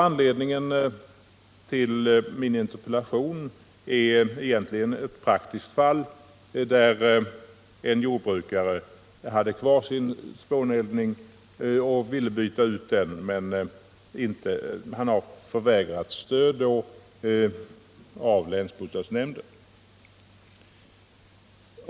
Anledningen till min interpellation är egentligen ett praktiskt fall, där en jordbrukare hade kvar sin spåneldning och ville byta ut den men förvägrades stöd av länsbostadsnämnden.